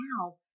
now